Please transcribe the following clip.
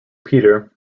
peter